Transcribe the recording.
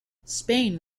spain